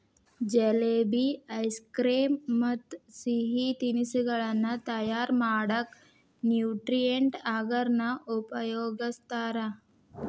jalebi, ice cream ಮತ್ತ್ ಸಿಹಿ ತಿನಿಸಗಳನ್ನ ತಯಾರ್ ಮಾಡಕ್ ನ್ಯೂಟ್ರಿಯೆಂಟ್ ಅಗರ್ ನ ಉಪಯೋಗಸ್ತಾರ